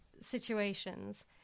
situations